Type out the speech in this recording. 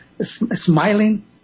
smiling